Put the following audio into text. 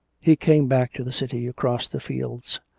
he came back to the city across the fields,